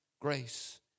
grace